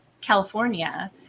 California